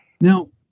Now